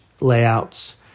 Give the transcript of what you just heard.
layouts